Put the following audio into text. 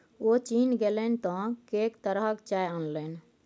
ओ चीन गेलनि तँ कैंक तरहक चाय अनलनि